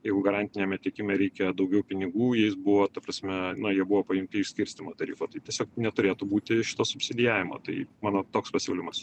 jeigu garantiniame tiekime reikia daugiau pinigų jis buvo ta prasme na jie buvo paimti iš skirstymo tarifo tai tiesiog neturėtų būti šito subsidijavimo tai mano toks pasiūlymas